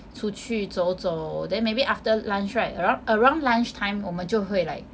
出去走走 then maybe after lunch right around around lunchtime 我们就会 like